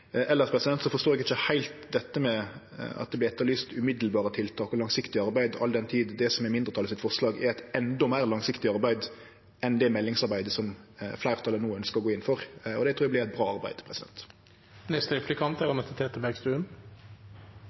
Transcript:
forstår eg ikkje heilt dette med at det vert etterlyst strakstiltak og langsiktig arbeid, all den tid det som er forslaget frå mindretalet, er eit endå meir langsiktig arbeid enn det meldingsarbeidet fleirtalet no ønskjer å gå inn for, og som eg trur vert eit bra arbeid. Jeg synes dette er